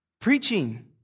Preaching